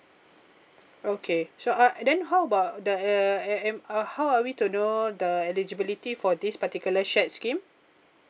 okay sure uh then how about the uh and and um how are we to know the eligibility for this particular shared scheme